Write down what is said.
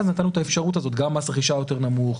נתנו מס רכישה יותר נמוך,